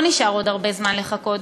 לא נשאר עוד הרבה זמן לחכות.